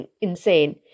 insane